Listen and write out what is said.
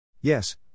Yes